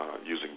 Using